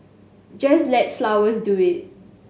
just let flowers do it